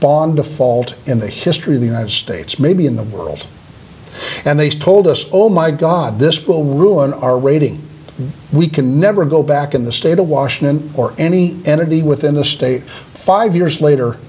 bond default in the history of the united states maybe in the world and they told us oh my god this will ruin our rating we can never go back in the state of washington or any entity within the state five years later